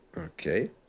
okay